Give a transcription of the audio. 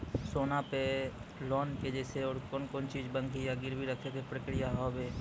सोना पे लोन के जैसे और कौन कौन चीज बंकी या गिरवी रखे के प्रक्रिया हाव हाय?